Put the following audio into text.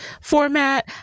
format